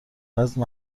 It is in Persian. وزن